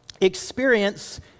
experience